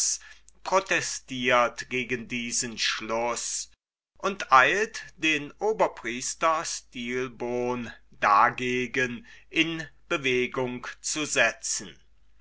protestiert gegen diesen schluß und eilt den oberpriester stilbon dagegen in bewegung zu setzen